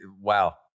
wow